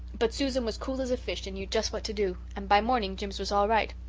but susan was cool as a fish and knew just what to do, and by morning jims was all right.